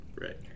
Right